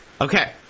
Okay